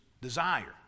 desire